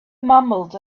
mumbled